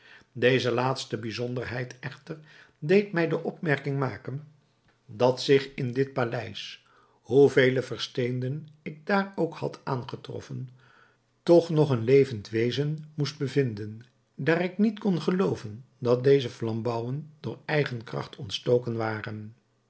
deze laatste bijzonderheid echter deed mij de opmerking maken dat zich in dit paleis hoe vele versteenden ik daar ook had aangetroffen toch nog een levend wezen moest bevinden daar ik niet kon gelooven dat deze flambouwen door eigen kracht ontstoken waren